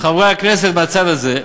חברי הכנסת מהצד הזה,